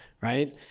right